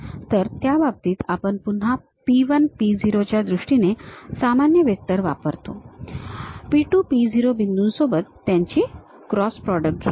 तर त्या बाबतीत आपण पुन्हा P 1 P 0 च्या दृष्टीने सामान्य वेक्टर वापरतो P 2 P 0 बिंदूंसोबत त्याची क्रॉस प्रॉडक्ट घेतो